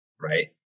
right